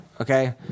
okay